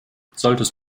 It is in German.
solltest